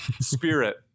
Spirit